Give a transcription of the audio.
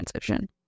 transition